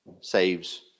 saves